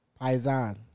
Paisan